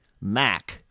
mac